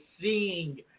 seeing